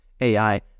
AI